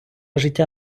життя